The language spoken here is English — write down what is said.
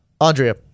Andrea